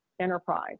enterprise